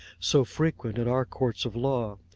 so frequent in our courts of law.